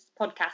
podcast